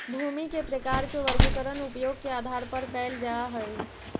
भूमि के प्रकार के वर्गीकरण उपयोग के आधार पर कैल जा हइ